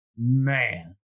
man